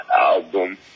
album